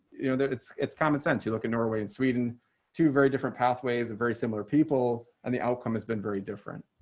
you know that it's it's common sense, you look in norway and sweden two very different pathways very similar people and the outcome has been very different